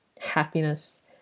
happiness